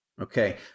Okay